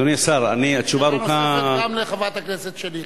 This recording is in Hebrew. שאלה נוספת גם לחברת הכנסת שלי יחימוביץ.